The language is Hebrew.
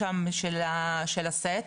לא בשביל הפרסום,